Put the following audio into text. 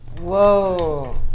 Whoa